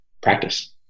practice